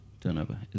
turnover